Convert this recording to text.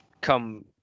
come